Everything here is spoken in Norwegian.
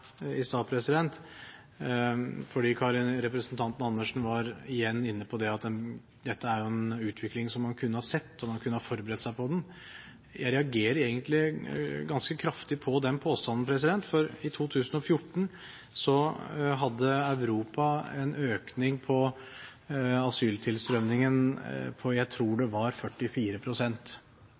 Representanten Andersen var igjen inne på at dette er en utvikling man kunne ha sett, og man kunne ha forberedt seg på den. Jeg har lyst til å si, selv om jeg sa det i stad, at jeg reagerer egentlig ganske kraftig på den påstanden, for i 2014 hadde Europa en økning i asyltilstrømningen på – jeg tror